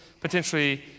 Potentially